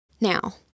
Now